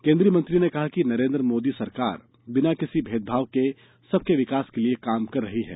केन्द्रीय मंत्री ने कहा कि नरेन्द्र मोदी सरकार बिना किसी भेदभाव के सबके विकास के लिए काम कर रही है